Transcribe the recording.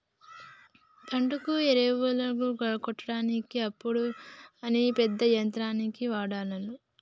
పంటకు ఎరువులు కొట్టడానికి ఇప్పుడు అన్ని పెద్ద యంత్రాలనే వాడ్తాన్లు